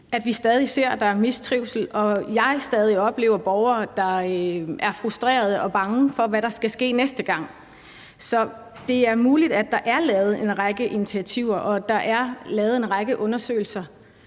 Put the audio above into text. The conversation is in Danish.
at vi stadig ser, at der er mistrivsel, og at jeg stadig oplever borgere, der er frustrerede og bange for, hvad der skal ske næste gang. Så det er muligt, at der er taget en række initiativer, og at der er lavet en række undersøgelser.